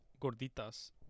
Gorditas